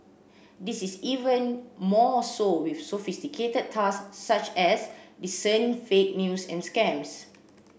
this is even more so with sophisticated tasks such as discerning fake news and scams